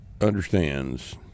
understands